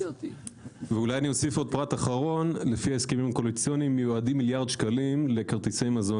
לפי ההסכמים הקואליציוניים מיועדים מיליארד שקלים לכרטיסי מזון,